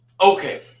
Okay